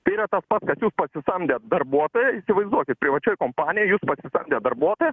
tai yra tas pats kas jūs pasisamdėt darbuotoją įsivaizduokit privačioj kompanijoj jūs pasisamdėt darbuotoją